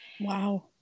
Wow